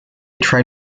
try